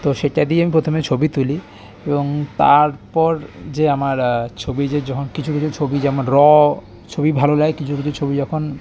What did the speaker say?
তো সেটা দিয়ে আমি প্রথমে ছবি তুলি এবং তারপর যে আমার ছবি যে যখন কিছু কিছু ছবি যেমন র ছবি ভালো লাগে কিছু কিছু ছবি যখন